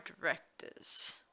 directors